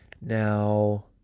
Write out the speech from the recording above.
Now